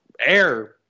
air –